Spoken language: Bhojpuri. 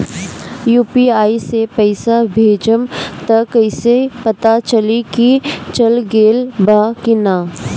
यू.पी.आई से पइसा भेजम त कइसे पता चलि की चल गेल बा की न?